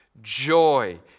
Joy